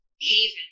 haven